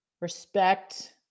respect